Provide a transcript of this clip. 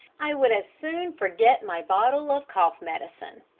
i would as soon forget my bottle of cough-medicine.